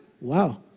Wow